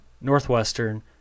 Northwestern